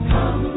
Come